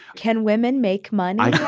can women make money?